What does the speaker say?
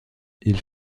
ils